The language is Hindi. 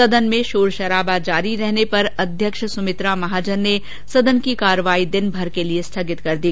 सदन में शोर शराबा जारी रहने पर अध्यक्ष सुमित्रा महाजन ने सदन की कार्यवाही दिन भर के लिए स्थगित कर दी